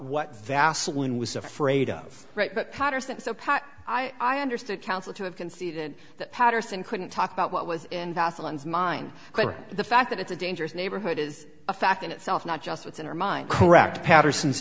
what vaseline was afraid of right but patterson so pat i understood council to have conceded that patterson couldn't talk about what was in wasilla as mine the fact that it's a dangerous neighborhood is a fact in itself not just what's in her mind correct patterson